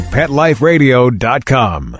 PetLifeRadio.com